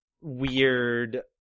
weird